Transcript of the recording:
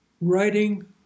writing